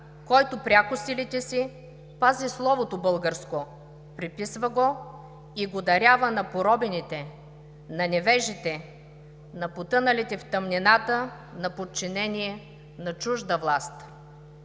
който пряко силите си пази словото българско, преписва го и го дарява на поробените, на невежите, на потъналите в тъмнината на подчинение на чужда власт.